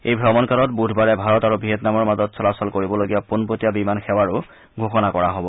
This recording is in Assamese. এই ভ্ৰমণ কালত বুধবাৰে ভাৰত আৰু ভিয়েটনামৰ মাজত চলাচল কৰিবলগীয়া পোটপটীয়া বিমান সেৱাৰো ঘোষণা কৰা হ'ব